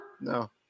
No